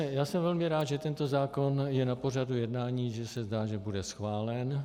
Já jsem velmi rád, že tento zákon je na pořadu jednání, že se zdá, že bude schválen.